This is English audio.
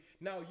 Now